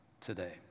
today